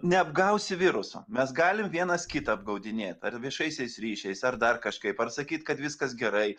neapgausi viruso mes galim vienas kitą apgaudinėt ar viešaisiais ryšiais ar dar kažkaip ar sakyt kad viskas gerai